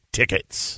tickets